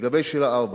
לגבי שאלה 4,